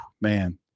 man